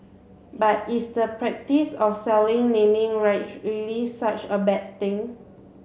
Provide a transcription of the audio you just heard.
but is the practice of selling naming rights really such a bad thing